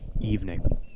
evening